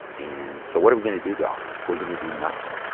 and so what are we going to do doc? we're going to do nothing.